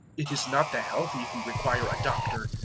it is not the healthy who require a doctor,